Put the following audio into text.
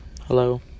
hello